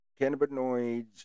cannabinoids